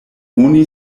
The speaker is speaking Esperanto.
oni